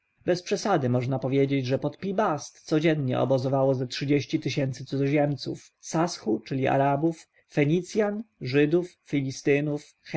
bez przesady można powiedzieć że pod pi-bast codziennie obozowało ze trzydzieści tysięcy cudzoziemców saschu czyli arabów fenicjan żydów